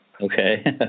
Okay